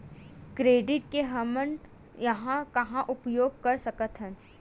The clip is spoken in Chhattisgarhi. क्रेडिट के हमन कहां कहा उपयोग कर सकत हन?